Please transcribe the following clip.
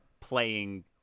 playing